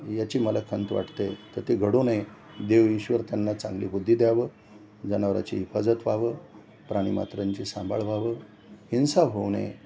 याची मला खंत वाटते तर ते घडू नये देव ईश्वर त्यांना चांगली बुद्धी द्यावं जनावराची हिफाजत व्हावं प्राणीमात्रांची सांभाळ व्हावं हिंसा होऊ नये